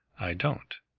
i don't.